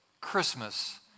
Christmas